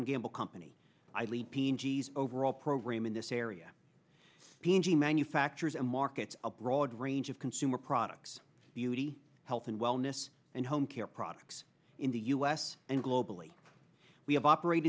and gamble company idly p and g s overall program in this area the engine manufacturers and markets a broad range of consumer products beauty health and wellness and home care products in the u s and globally we have operate